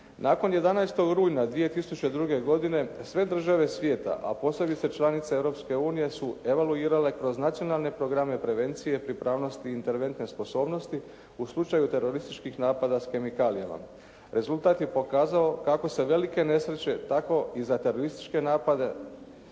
Nakon 11. rujna 2002. godine sve države svijeta, a posebice članica Europske unije su evaluirale kroz nacionalne programe prevencije, pripravnosti i interventne sposobnosti u slučaju terorističkih napada s kemikalijama. Rezultat je pokazao kako se velike nesreće tako i za terorističke napade